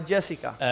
Jessica